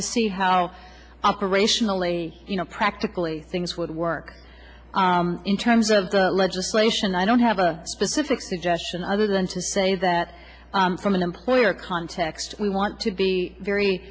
to see how operationally you know practically things would work in terms of the legislation i don't have a specific suggestion other than to say that from an employer context we want to be very